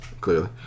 clearly